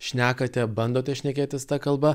šnekate bandote šnekėtis ta kalba